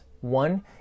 One